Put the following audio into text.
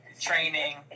training